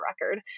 record